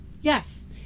Yes